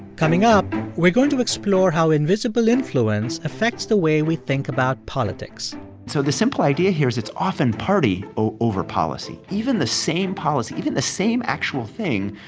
coming up, we're going to explore how invisible influence affects the way we think about politics so the simple idea here is it's often party over policy. even the same policy, even the same actual thing,